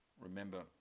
remember